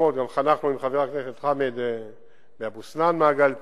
גם חנכנו עם חבר הכנסת חמד מאבו-סנאן מעגל תנועה,